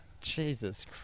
Jesus